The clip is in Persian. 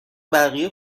بقیه